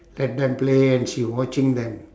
let them play and she watching them